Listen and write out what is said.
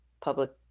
public